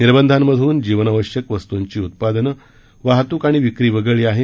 निर्बंधांमधून जीवनावश्यक वस्तूंची उत्पादन वाहतूक आणि विक्री वगळली आहे